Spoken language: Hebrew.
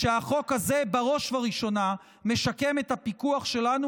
שהחוק הזה בראש וראשונה משקם את הפיקוח שלנו,